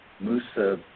Musa